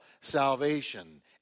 salvation